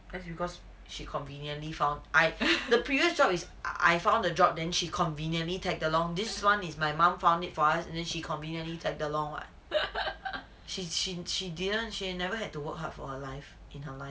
that's because she conveniently found I the previous job is I found the job then she conveniently tag along this one is my mom found it for us then she conveniently tag along what she she she didn't she never had to work hard for her life in her life